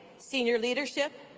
senior leadership,